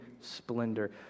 splendor